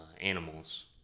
animals